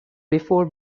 before